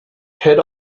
head